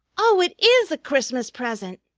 oh, it is a christmas present!